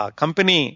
company